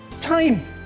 time